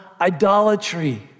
idolatry